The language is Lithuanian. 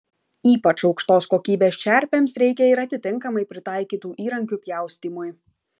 ypač aukštos kokybės čerpėms reikia ir atitinkamai pritaikytų įrankių pjaustymui